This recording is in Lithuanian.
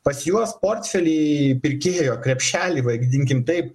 pas juos portfelį į pirkėjo krepšelį vadinkim taip